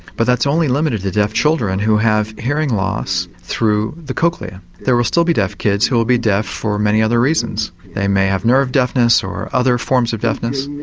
but that's only limited to deaf children who have hearing loss through the cochlear, there will still be deaf kids who will be deaf for many other reasons they may have nerve deafness or other forms of deafness,